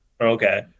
Okay